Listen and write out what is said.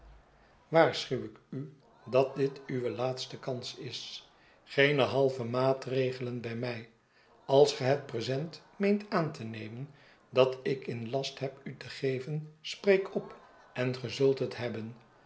ik u dat dit uwe laatste kans is geene halve maatregelen bij mij als ge het present meent aan te nemen dat ik in last heb a te geven spreek op en ge zult het hebben